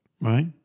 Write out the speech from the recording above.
right